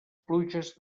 pluges